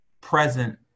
present